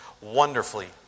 wonderfully